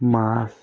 মাছ